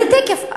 תכף.